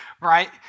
right